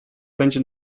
będzie